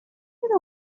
era